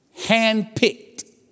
handpicked